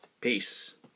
Peace